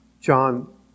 John